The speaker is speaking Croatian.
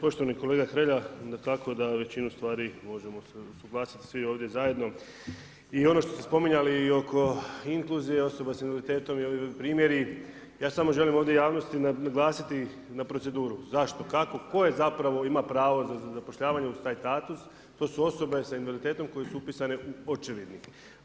Poštovani kolega Hrelja, dakako da većinu stvari možemo se usuglasiti svi ovdje zajedno, i ono što ste spominjali i oko inkluzije osoba s invaliditetom i ovi primjeri, ja samo želim ovdje javnosti naglasiti na proceduri, zašto, kako, tko zapravo ima pravo za zapošljavanjem uz taj status, to su osobe s invaliditetom koje su upisane u očevidnik.